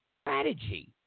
Strategy